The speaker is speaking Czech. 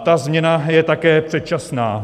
Ta změna je také předčasná.